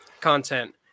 content